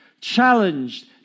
challenged